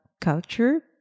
culture